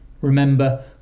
Remember